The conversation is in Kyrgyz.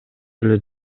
эле